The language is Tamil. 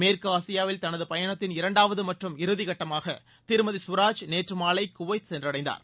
மேற்கு ஆசியாவில் தனது பயணத்தின் இரண்டாவது மற்றும் இறுதி கட்டமாக திருமதி கவராஜ் நேற்று மாலை குவைத் சென்றடைந்தார்